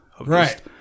Right